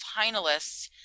finalists